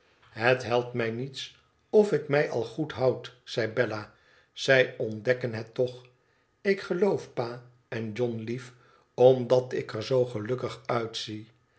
het helpt mij niets of ik mij al goed houd zei bella izij ontdekken het toch ik geloof pa en john lief omdat ik er zoo gelukkig uitzie